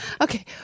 Okay